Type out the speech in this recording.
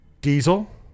Diesel